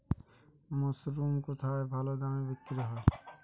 Mushroom কেথায় ভালোদামে বিক্রয় হয়?